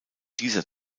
dieser